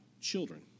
children